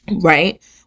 right